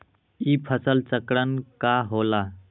ई फसल चक्रण का होला?